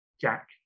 jack